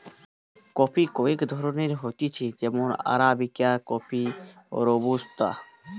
coffee কয়েক ধরণের হতিছে যেমন আরাবিকা কফি, রোবুস্তা